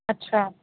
ਅੱਛਾ